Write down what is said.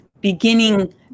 beginning